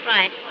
Right